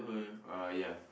uh ya